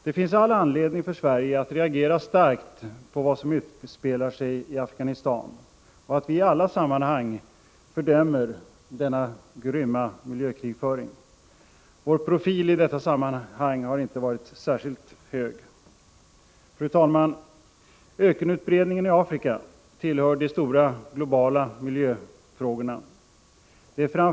Det finns all anledning för Sverige att reagera starkt på vad som utspelar sig i Afghanistan och att i alla sammanhang fördöma denna grymma miljökrigföring. Vår profil i detta sammanhang har inte varit särskilt hög. Fru talman! Ökenutbredningen i Afrika tillhör de stora globala miljöfrågorna.